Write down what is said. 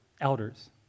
elders